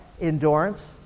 Endurance